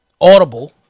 Audible